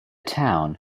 town